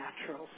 natural